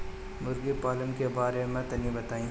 मुर्गी पालन के बारे में तनी बताई?